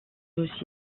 aussi